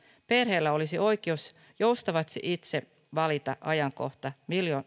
perheillä olisi oikeus joustavasti itse valita ajankohta